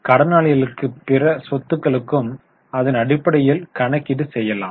கடனாளிகளுக்கு பிற சொத்துக்களுக்கும் இதன் அடிப்படையில் கணக்கீடு செய்யலாம்